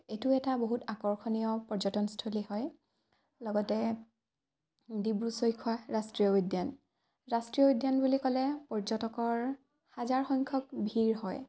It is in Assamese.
এইটো এটা বহুত আকৰ্ষণীয় পৰ্যটনস্থলী হয় লগতে ডিব্ৰু চৈখোৱা ৰাষ্ট্ৰীয় উদ্যান ৰাষ্ট্ৰীয় উদ্যান বুলি ক'লে পৰ্যটকৰ হাজাৰ সংখ্যক ভিৰ হয়